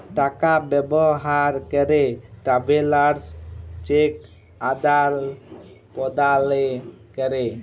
টাকা ব্যবহার ক্যরে ট্রাভেলার্স চেক আদাল প্রদালে ক্যরে